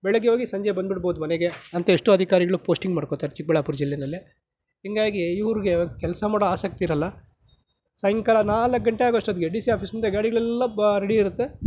ಬೆಳಗ್ಗೆ ಹೋಗಿ ಸಂಜೆ ಬಂದ್ಬಿಡ್ಬೋದು ಮನೆಗೆ ಅಂತ ಎಷ್ಟೋ ಅಧಿಕಾರಿಗಳು ಪೋಸ್ಟಿಂಗ್ ಮಾಡ್ಕೊತಾರೆ ಚಿಕ್ಕಬಳ್ಳಾಪುರ ಜಿಲ್ಲೆಯಲ್ಲಿ ಹಿಂಗಾಗಿ ಇವ್ರಿಗೆ ಕೆಲಸ ಮಾಡೋ ಆಸಕ್ತಿ ಇರಲ್ಲ ಸಾಯಂಕಾಲ ನಾಲ್ಕು ಗಂಟೆ ಆಗೊಷ್ಟೊತ್ತಿಗೆ ಡಿ ಸಿ ಆಫೀಸ್ ಮುಂದೆ ಗಾಡಿಗಳೆಲ್ಲ ಬ ರೆಡಿ ಇರತ್ತೆ